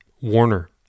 Warner